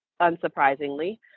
unsurprisingly